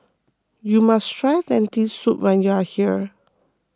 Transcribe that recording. you must try Lentil Soup when you are here